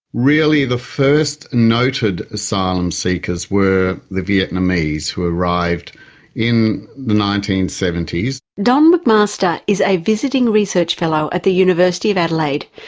really the first noted asylum seekers were the vietnamese, who arrived in the nineteen seventy s. don mcmaster is a visiting research fellow at the university of adelaide,